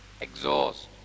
exhaust